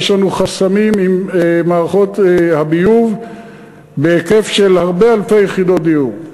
יש לנו חסמים עם מערכות הביוב בהיקף של הרבה אלפי יחידות דיור,